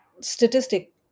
statistic